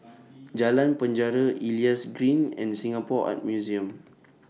Jalan Penjara Elias Green and Singapore Art Museum